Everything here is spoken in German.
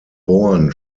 born